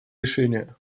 решение